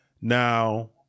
Now